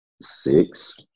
six